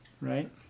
right